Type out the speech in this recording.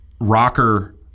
rocker